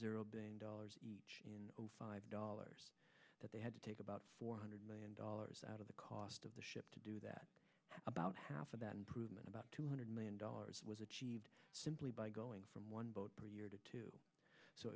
zero billion dollars in five dollars that they had to take about four hundred million dollars out of the cost of the ship to do that about half of that improvement about two hundred million dollars was achieved simply by going from one boat per year to two so